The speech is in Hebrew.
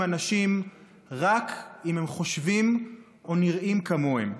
אנשים רק אם הם חושבים או נראים כמוהם.